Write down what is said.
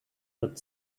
but